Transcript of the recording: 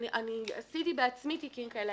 אני עשיתי בעצמי תיקים כאלה.